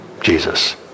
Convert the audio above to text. Jesus